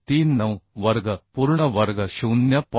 2439 वर्ग पूर्ण वर्ग 0